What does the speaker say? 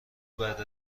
بعد